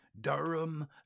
Durham